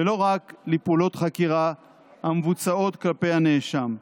ולא רק לפעולות חקירה המבוצעות כלפי הנאשם.